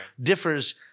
differs